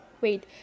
wait